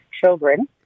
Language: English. children